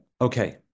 Okay